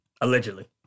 Allegedly